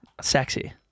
sexy